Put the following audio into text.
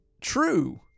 true